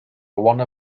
one